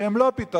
שהן לא פתרון,